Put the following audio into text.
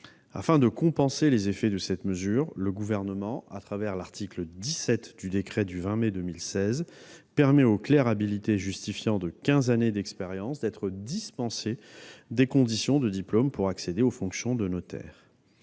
Afin de compenser les effets de cette mesure, le Gouvernement, au travers de l'article 17 du décret du 20 mai 2016, permet aux clercs habilités justifiant de quinze années d'expérience d'être dispensés des conditions de diplôme pour accéder aux fonctions de notaire.